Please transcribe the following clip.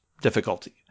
difficulty